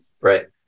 right